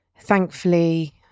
Thankfully